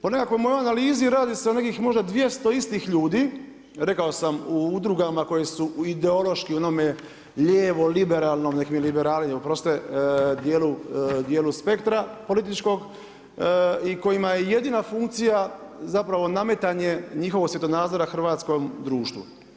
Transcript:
Po nekakvoj mojoj analizi radi se o nekih možda 200 istih ljudi, rekao sam u udrugama koje su ideološki u onome lijevo liberalnom, nek' mi liberali oproste dijelu spektra političkog i kojima je jedina funkcija zapravo nametanje njihovog svjetonazora hrvatskom društvu.